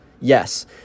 Yes